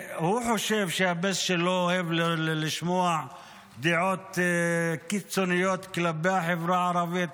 הוא חושב שהבייס שלו אוהב לשמוע דעות קיצוניות כלפי החברה הערבית.